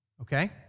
okay